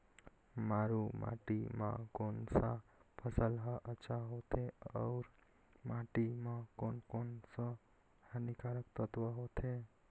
मारू माटी मां कोन सा फसल ह अच्छा होथे अउर माटी म कोन कोन स हानिकारक तत्व होथे?